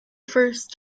first